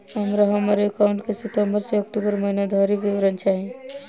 हमरा हम्मर एकाउंट केँ सितम्बर सँ अक्टूबर महीना धरि विवरण चाहि?